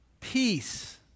peace